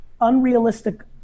unrealistic